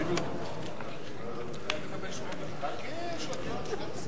אם ההסתייגות תתקבל, נראה אם היא התקבלה ב-50.